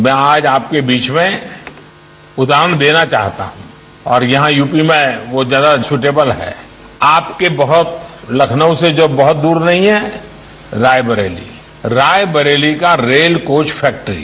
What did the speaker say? मैं आज आपके बीच में उदाहरण देना चाहता हूं और यहां यूपी में वह ज्यादा सुटेबल है आपके बहुत लखनऊ जो बहुत दूर नहीं है रायबरेली का रेल कोच फैक्ट्री